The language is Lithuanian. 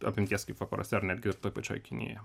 apimties kaip vakaruose ar netgi toj pačioj kinijoje